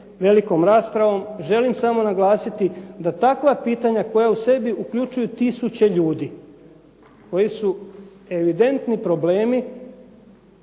velikom raspravom. Želim samo naglasiti da takva pitanja koja u sebi uključuju tisuće ljudi koji su evidentni problemi